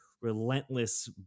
relentless